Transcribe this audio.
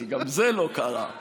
כי גם זה לא קרה.